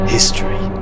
History